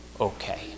okay